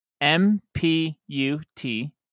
M-P-U-T